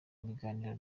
biganiro